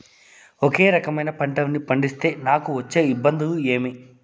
ఒకే రకమైన పంటలని పండిస్తే నాకు వచ్చే ఇబ్బందులు ఏమి?